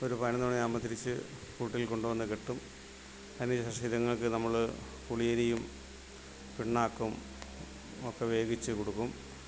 ഒരു പതിനൊന്ന് മണിയാവുമ്പോൾ തിരിച്ച് കൂട്ടിൽ കൊണ്ടുവന്ന് കെട്ടും അതിനുശേഷം ഇതുങ്ങൾക്ക് നമ്മൾ പുളിയരിയും പിണ്ണാക്കും ഒക്കെ വേവിച്ച് കൊടുക്കും